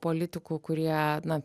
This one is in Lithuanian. politikų kurie na